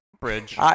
Bridge